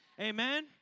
Amen